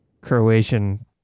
Croatian